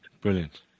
Brilliant